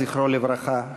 זכרו לברכה,